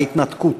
התנתקות.